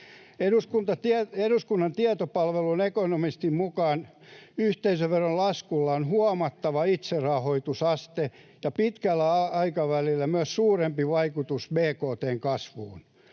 Eduskunnan tietopalvelun ekonomistin mukaan yhteisöveron laskulla on huomattava itserahoitusaste ja pitkällä aikavälillä myös suurempi vaikutus bkt:n kasvuun.